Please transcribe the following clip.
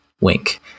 Wink